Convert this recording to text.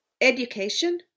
Education